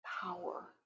power